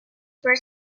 per